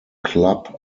club